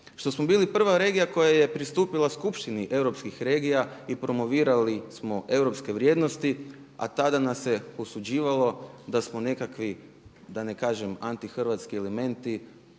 Što smo bili prva regija koja je pristupila Skupštini europskih regija i promovirali smo europske vrijednosti, a tada nas se osuđivalo da smo nekakvi da ne kažem antihrvatski elementi,